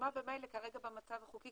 השומה ממילא כרגע במצב החוקי,